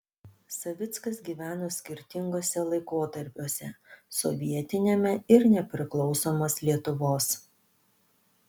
savickas gyveno skirtinguose laikotarpiuose sovietiniame ir nepriklausomos lietuvos